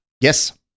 Yes